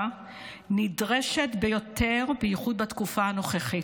נדרשת ביותר בייחוד בתקופה הנוכחית,